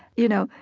you know,